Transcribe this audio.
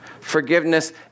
Forgiveness